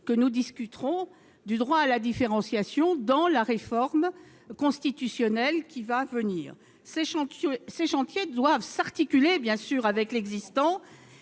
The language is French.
que nous discuterons du droit à la différenciation dans la réforme constitutionnelle à venir. Ces chantiers doivent s'articuler avec l'existant,